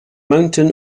mountain